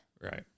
right